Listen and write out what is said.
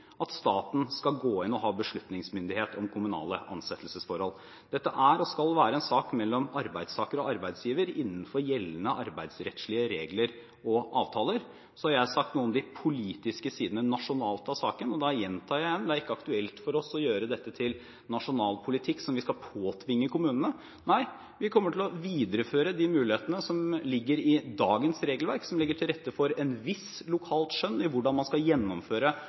at staten skal gå inn og ha beslutningsmyndighet i kommunale ansettelsesforhold. Dette er og skal være en sak mellom arbeidstaker og arbeidsgiver innenfor gjeldende arbeidsrettslige regler og avtaler. Så har jeg sagt noe om de politiske sidene – nasjonalt – av saken, og da gjentar jeg: Det er ikke aktuelt for oss å gjøre dette til nasjonal politikk som vi skal påtvinge kommunene. Nei, vi kommer til å videreføre de mulighetene som ligger i dagens regelverk, som legger til rette for et visst lokalt skjønn for hvordan man skal gjennomføre